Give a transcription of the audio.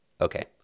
Okay